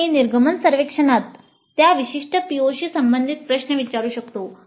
आम्ही निर्गमन सर्वेक्षणात त्या विशिष्ट POशी संबंधित प्रश्न विचारू शकतो